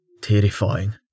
Terrifying